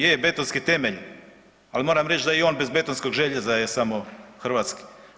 Je betonski temelj, ali moram reći da on bez betonskog željeza je samo hrvatski.